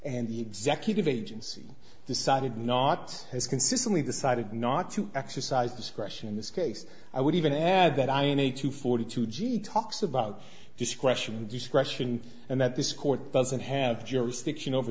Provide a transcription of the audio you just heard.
and the executive agency decided not has consistently decided not to exercise discretion in this case i would even add that i need to forty two g talks about this question discretion and that this court doesn't have jurisdiction over